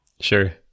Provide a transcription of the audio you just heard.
Sure